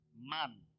man